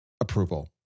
approval